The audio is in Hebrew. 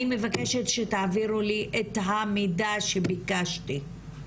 אני מבקשת שתעבירו לי את המידע שביקשתי.